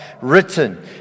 written